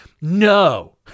no